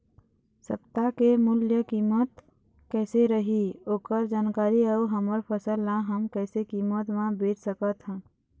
सप्ता के मूल्य कीमत कैसे रही ओकर जानकारी अऊ हमर फसल ला हम कैसे कीमत मा बेच सकत हन?